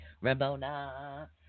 Ramona